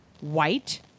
white